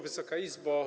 Wysoka Izbo!